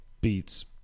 beats